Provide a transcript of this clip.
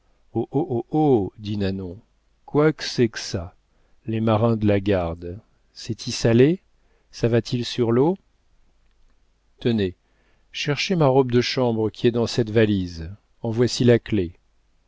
oh dit nanon quoi que c'est que ça les marins de la garde c'est-y salé ça va-t-il sur l'eau tenez cherchez ma robe de chambre qui est dans cette valise en voici la clef